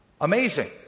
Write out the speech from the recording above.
Amazing